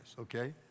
okay